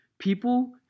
People